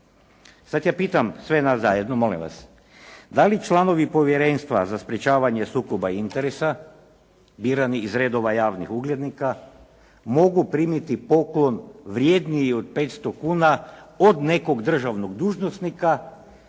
Sada pitam, sve nas zajedno, molim vas, da li članovi Povjerenstva za sprječavanje sukoba interesa, birani iz redova javnih uglednika mogu primiti poklon vrjedniji od 500 kuna od nekog državnog dužnosnika,